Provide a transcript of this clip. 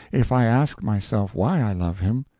if i ask myself why i love him,